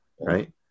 right